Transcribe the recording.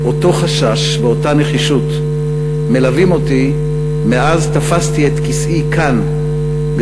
אותו חשש ואותה נחישות מלווים אותי מאז תפסתי את כיסאי כאן,